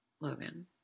Logan